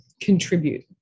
contribute